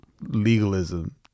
legalism